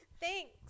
Thanks